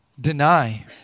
Deny